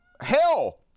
hell